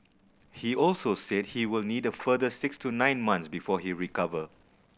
he also said he will need a further six to nine months before he recover